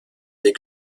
des